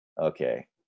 okay